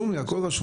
הכל רשום לי.